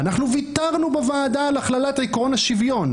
"אנחנו ויתרנו בוועדה על הכללת עיקרון השוויון,